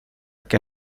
que